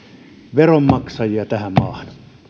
veronmaksajia tähän maahan